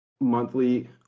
monthly